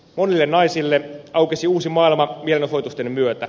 monille naisille aukesi uusi maailma mielenosoitusten myötä